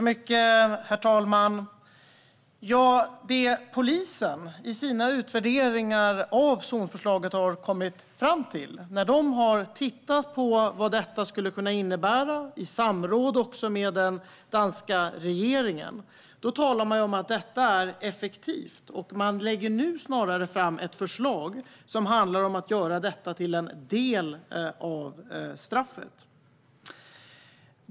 Herr talman! Det polisen i sina utvärderingar av zonförslaget har kommit fram till - de har tittat på vad detta skulle innebära, också i samråd med den danska regeringen - är att det skulle vara effektivt. Man lägger nu snarare fram ett förslag som handlar om att göra detta till en del av straffet.